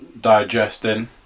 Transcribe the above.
digesting